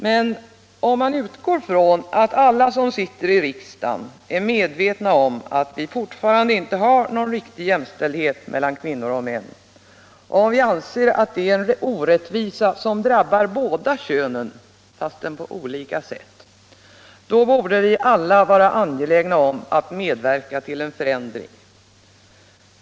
Men om vi utgår från att alla som sitter i riksdagen är medvetna om att det fortfarande inte råder någon riktig jämställdhet mellan kvinnor och män och om vi anser att det är en orättvisa som drabbar båda könen — fastän på olika sätt — då bör vi alla vara angelägna om att medverka till en förändring.